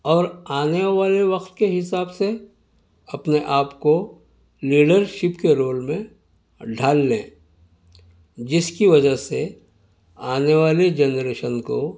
اور آنے والے وقت کے حساب سے اپنے آپ کو لیڈرشپ کے رول میں ڈھال لیں جس کی وجہ سے آنے والے جنریشن کو